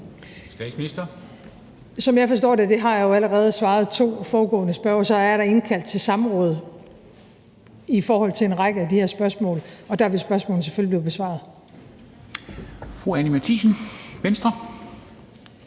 Frederiksen): Som jeg forstår det, og det har jeg jo allerede svaret to foregående spørgere, er der indkaldt til samråd i forhold til en række af de her spørgsmål, og der vil spørgsmålene selvfølgelig blive besvaret. Kl. 00:04 Formanden (Henrik